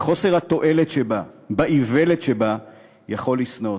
בחוסר התועלת שבה, באיוולת שבה, יכול לשנוא אותה,